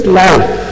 life